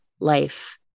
life